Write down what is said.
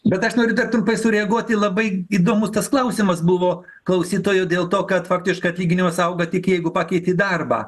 bet aš noriu dar trumpai sureaguoti labai įdomus tas klausimas buvo klausytojo dėl to kad faktiškai teiginiuose auga tik jeigu pakeiti darbą